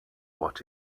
what